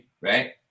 right